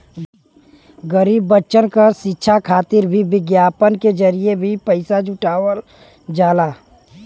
गरीब बच्चन क शिक्षा खातिर भी विज्ञापन के जरिये भी पइसा जुटावल जाला